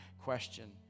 question